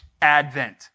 advent